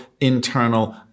internal